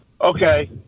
okay